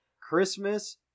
christmas